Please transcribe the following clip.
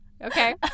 Okay